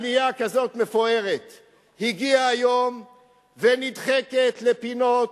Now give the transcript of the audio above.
עלייה כזאת מפוארת הגיעה היום ונדחפת לפינות,